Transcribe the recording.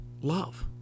Love